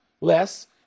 less